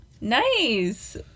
Nice